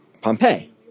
Pompeii